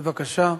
בבקשה.